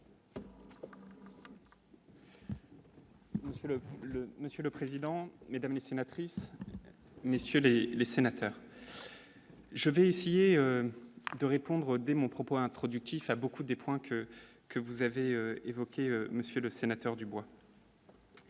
Monsieur le président, Mesdames sénatrices messieurs les les sénateurs, je vais essayer de répondre dès mon propos introductif à beaucoup des points que que vous avez évoqué, monsieur le sénateur du bois.